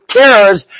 cares